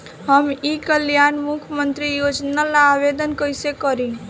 हम ई कल्याण मुख्य्मंत्री योजना ला आवेदन कईसे करी?